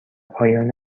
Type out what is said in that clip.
پایان